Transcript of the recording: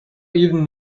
even